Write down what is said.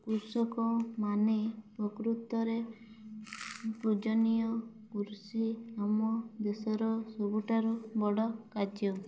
କୃଷକମାନେ ପ୍ରକୃତରେ ପୂଜନୀୟ କୃଷି ଆମ ଦେଶର ସବୁଠାରୁ ବଡ଼ କାର୍ଯ୍ୟ